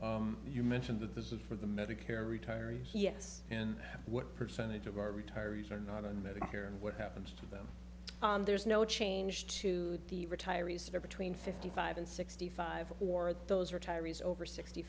you mentioned that this is for the medicare retirees yes and what percentage of our retirees are not on medicare and what happens to them there's no change to the retirees that are between fifty five and sixty five or those retirees over sixty